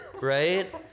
right